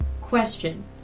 question